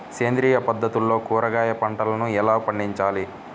సేంద్రియ పద్ధతుల్లో కూరగాయ పంటలను ఎలా పండించాలి?